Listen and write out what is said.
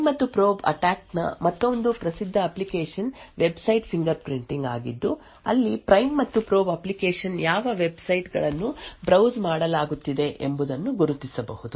prime ಮತ್ತು probe attack ನ ಮತ್ತೊಂದು ಪ್ರಸಿದ್ಧ ಅಪ್ಲಿಕೇಶನ್ ವೆಬ್ಸೈಟ್ ಫಿಂಗರ್ಪ್ರಿಂಟಿಂಗ್ ಆಗಿದ್ದು ಅಲ್ಲಿ ಪ್ರೈಮ್ ಮತ್ತು ಪ್ರೋಬ್ ಅಪ್ಲಿಕೇಶನ್ ಯಾವ ವೆಬ್ಸೈಟ್ ಗಳನ್ನು ಬ್ರೌಸ್ ಮಾಡಲಾಗುತ್ತಿದೆ ಎಂಬುದನ್ನು ಗುರುತಿಸಬಹುದು